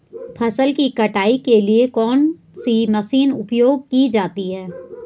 फसल की कटाई के लिए कौन सी मशीन उपयोग की जाती है?